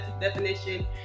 definition